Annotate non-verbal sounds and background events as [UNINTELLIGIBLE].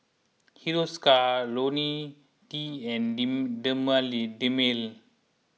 Hiruscar Ionil T and [UNINTELLIGIBLE] Dermale